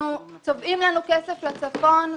צובעים לנו כסף לצפון,